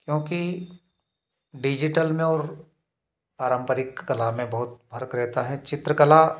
क्योंकि डिजिटल में और पारंपरिक कला में बहुत फर्क रहता है चित्रकला